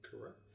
Correct